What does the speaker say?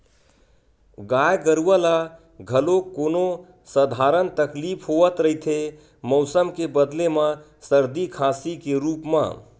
गाय गरूवा ल घलोक कोनो सधारन तकलीफ होवत रहिथे मउसम के बदले म सरदी, खांसी के रुप म